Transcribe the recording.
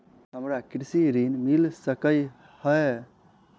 हमरा कृषि ऋण मिल सकै है?